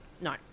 No